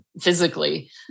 physically